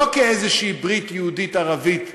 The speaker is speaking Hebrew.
לא כאיזושהי ברית יהודית-ערבית באזור,